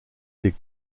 des